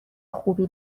خوبی